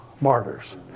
martyrs